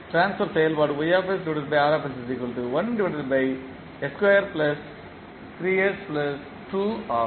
transfer செயல்பாடு ஆகும்